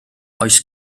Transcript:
oes